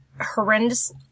horrendous